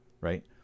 right